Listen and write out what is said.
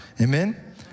Amen